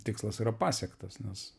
tikslas yra pasiektas nes